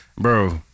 bro